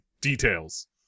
details